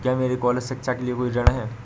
क्या मेरे कॉलेज शिक्षा के लिए कोई ऋण है?